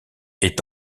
est